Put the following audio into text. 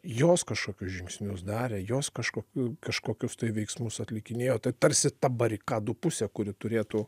jos kažkokius žingsnius darė jos kažkokių kažkokius veiksmus atlikinėjo tai tarsi ta barikadų pusė kuri turėtų